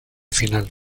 final